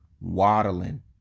waddling